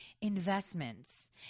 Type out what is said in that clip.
investments